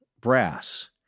brass